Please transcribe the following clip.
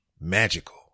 magical